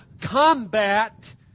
combat